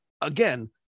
again